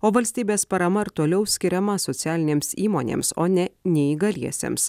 o valstybės parama ir toliau skiriama socialinėms įmonėms o ne neįgaliesiems